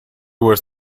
was